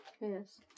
Yes